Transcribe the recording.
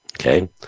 Okay